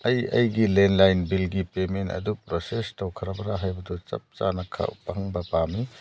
ꯑꯩ ꯑꯩꯒꯤ ꯂꯦꯟꯂꯥꯏꯟ ꯕꯤꯜꯒꯤ ꯄꯦꯃꯦꯟ ꯑꯗꯨ ꯄ꯭ꯔꯣꯁꯦꯁ ꯇꯧꯈ꯭ꯔꯕꯔꯥ ꯍꯥꯏꯕꯗꯨ ꯆꯞ ꯆꯥꯅ ꯈꯪꯕ ꯄꯥꯝꯏ